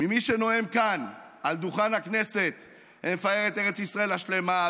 ממי שנואם כאן על דוכן הכנסת ומפאר את ארץ ישראל השלמה,